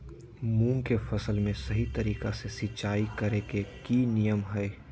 मूंग के फसल में सही तरीका से सिंचाई करें के नियम की हय?